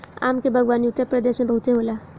आम के बागवानी उत्तरप्रदेश में बहुते होला